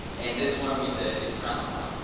and this one we said is frowned upon.